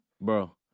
Bro